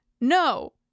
No